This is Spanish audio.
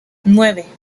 nueve